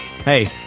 Hey